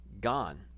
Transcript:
gone